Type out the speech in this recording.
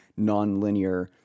nonlinear